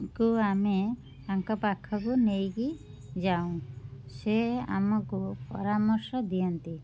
ଙ୍କୁ ଆମେ ତାଙ୍କ ପାଖକୁ ଆମେ ନେଇକି ଯାଉଁ ସେ ଆମକୁ ପରାମର୍ଶ ଦିଅନ୍ତି